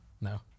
No